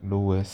lowest